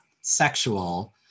sexual